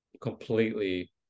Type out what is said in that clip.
completely